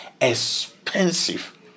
expensive